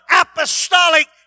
apostolic